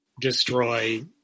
destroy